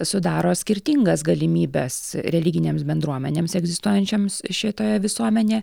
sudaro skirtingas galimybes religinėms bendruomenėms egzistuojančioms šitoje visuomenėje